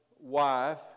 wife